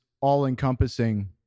all-encompassing